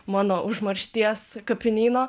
mano užmaršties kapinyno